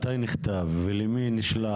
מתי נכתב ולמי נשלח?